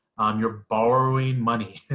um you're borrowing money